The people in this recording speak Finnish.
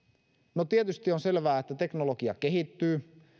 no tietysti on selvää että teknologia kehittyy